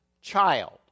child